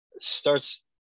starts